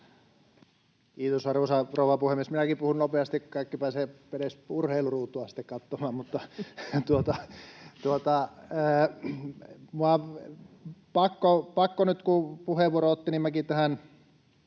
Kiitos, arvoisa rouva puhemies! Minäkin puhun nopeasti, niin kaikki pääsevät edes Urheiluruutua sitten katsomaan. On pakko nyt, kun puheenvuoron otin, minunkin tähän